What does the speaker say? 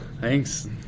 Thanks